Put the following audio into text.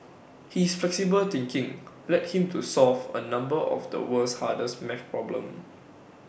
his flexible thinking led him to solve A number of the world's hardest math problems